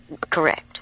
Correct